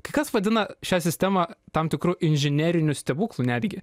kai kas vadina šią sistemą tam tikru inžineriniu stebuklu netgi